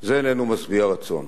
זה איננו משביע רצון.